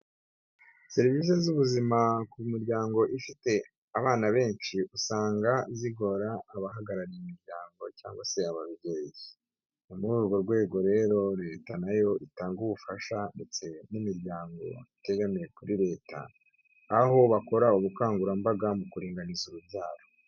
Serivisi z'ubuzima ku miryango ifite abana benshi usanga zigora abahagarariye imiryango cyangwa se ababyeyi, muri urwo rwego rero leta nayo itanga ubufasha ndetse n'imiryango itegamiye kuri leta, aho bakora ubukangurambaga mu kuringaniza urubyaro.